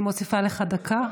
אני מוסיפה לך דקה.